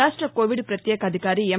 రాష్ట కోవిడ్ పత్యేకాధికారి ఎం